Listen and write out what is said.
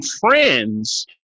friends